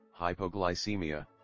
hypoglycemia